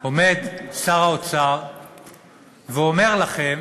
עומד שר האוצר ואומר לכם